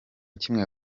kimwe